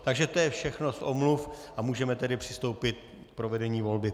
Takže to je všechno z omluv, a můžeme tedy přistoupit k provedení volby.